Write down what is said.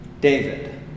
David